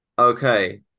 Okay